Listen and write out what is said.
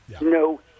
No